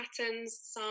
patterns